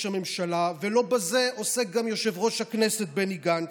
הממשלה ולא בזה עוסק גם יושב-ראש הכנסת בני גנץ,